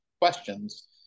questions